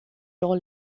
dans